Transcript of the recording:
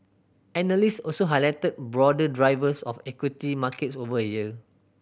analyst also highlighted broader drivers of equity markets over the year